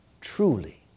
truly